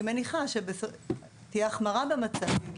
אני מניחה שתהיה החמרה במצב ואם הם